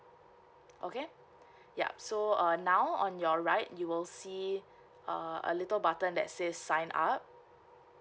okay yup so uh now on your right you will see err a little button that says sign up